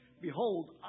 Behold